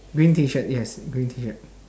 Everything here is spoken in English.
green T-shirt yes green T-shirt